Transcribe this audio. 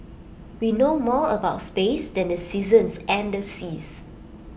we know more about space than the seasons and the seas